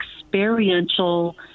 experiential